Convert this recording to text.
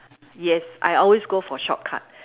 yes I always go for shortcut